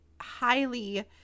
highly